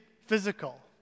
physical